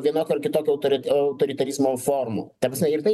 vienokio ar kitokio autorit autoritarizmo formų ta prasme ir tai